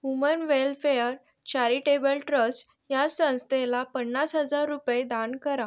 woman welfare charitable trust ह्या संस्थेला पन्नास हजार रुपये दान करा